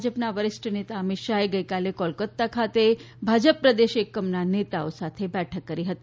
ભાજપના વરિષ્ઠ નેતા અમિત શાહે ગઇકાલે કોલકતા ખાતે ભાજપ પ્રદેશ એકમના નેતાઓ સાથે બેઠક કરી હતી